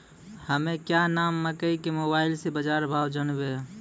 हमें क्या नाम मकई के मोबाइल से बाजार भाव जनवे?